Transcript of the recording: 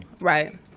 right